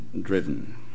driven